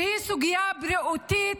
שהיא סוגיה בריאותית,